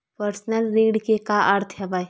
Personal ऋण के का अर्थ हवय?